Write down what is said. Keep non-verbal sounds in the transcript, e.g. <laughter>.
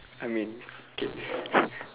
I mean K <laughs>